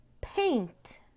paint